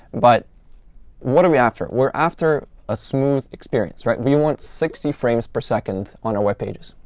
but what are we after? we're after a smooth experience, right? we want sixty frames per second on our web pages.